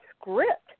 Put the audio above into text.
script